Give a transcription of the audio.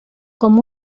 com